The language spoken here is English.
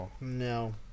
No